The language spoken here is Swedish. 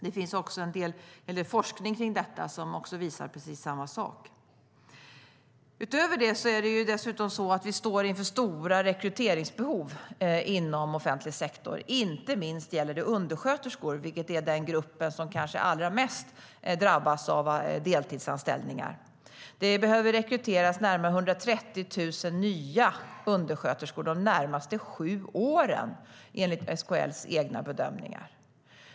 Det finns också en hel del forskning om detta som visar precis samma sak. Utöver detta står vi inför stora rekryteringsbehov inom offentlig sektor. Inte minst gäller det undersköterskor, som är den grupp som kanske allra mest drabbas av deltidsanställningar. Det behöver rekryteras närmare 130 000 nya undersköterskor de närmaste sju åren, enligt SKL:s egna bedömningar.